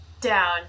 down